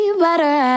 butter